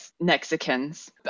Mexicans